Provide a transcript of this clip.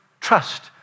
trust